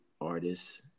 artists